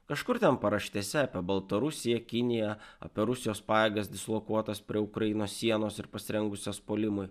kažkur ten paraštėse apie baltarusiją kiniją apie rusijos pajėgas dislokuotas prie ukrainos sienos ir pasirengusias puolimui